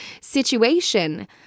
situation